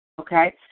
Okay